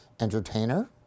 entertainer